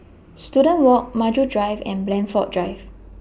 Student Walk Maju Drive and Blandford Drive